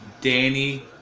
Danny